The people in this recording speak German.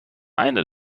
einer